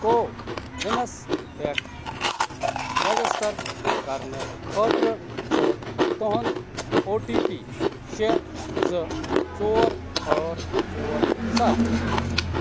کووِنَس پٮ۪ٹھ رجسٹر کرنہٕ خٲطرٕ چھُ تُہند او ٹی پی شےٚ زٕ ژور ٲٹھ ژور سَتھ